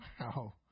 wow